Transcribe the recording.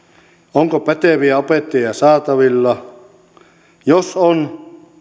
onko päteviä opettajia saatavilla jos on haluavatko he tehdä lisätunteja ja niin edelleen